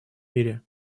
мире